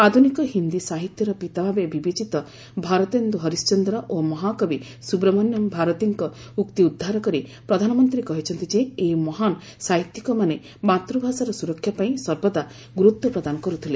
ଆଧୁନିକ ହିନ୍ଦୀ ସାହିତ୍ୟର ପିତା ଭାବେ ବିବେଚିତ ଭାରତେନ୍ଦୁ ହରିଶ୍ଚନ୍ଦ୍ର ଓ ମହାକବୀ ସୁବ୍ରମଣ୍ୟମ ଭାରତୀଙ୍କ ଉକ୍ତି ଉଦ୍ଧାର କରି ପ୍ରଧାନମନ୍ତ୍ରୀ କହିଛନ୍ତି ଯେ ଏହି ମହାନ ସାହିତ୍ୟିକମାନେ ମାତୃଭାଷାର ସୁରକ୍ଷା ପାଇଁ ସର୍ବଦା ଗୁରୁତ୍ୱ ପ୍ରଦାନ କରୁଥିଲେ